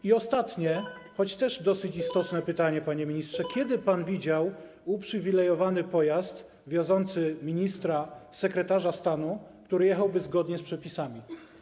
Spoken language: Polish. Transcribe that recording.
I ostatnie, choć też dosyć istotne pytanie, panie ministrze: Kiedy pan widział uprzywilejowany pojazd wiozący ministra, sekretarza stanu, który jechałby zgodnie z przepisami?